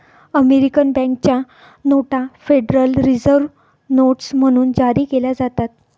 American बँकेच्या नोटा Federal Reserve notes म्हणून जारी केल्या जातात